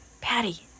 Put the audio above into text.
Patty